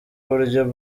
uburyo